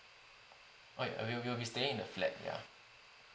I will will be staying in a flat ya